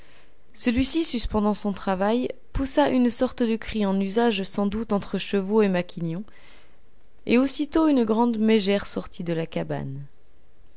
celui-ci suspendant son travail poussa une sorte de cri en usage sans doute entre chevaux et maquignons et aussitôt une grande mégère sortit de la cabane